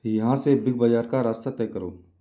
यहाँ से बिग बाज़ार का रास्ता तय करो